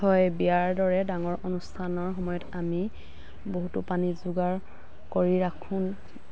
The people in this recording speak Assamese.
হয় বিয়াৰ দৰে ডাঙৰ অনুষ্ঠানৰ সময়ত আমি বহুতো পানী যোগাৰ কৰি ৰাখোঁ